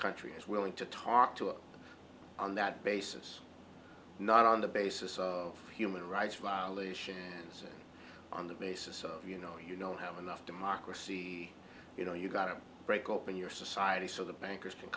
countries willing to talk to us on that basis not on the basis of human rights violations on the basis of you know you know have enough democracy you know you got to break open your society so the bankers can